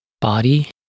Body